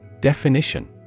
Definition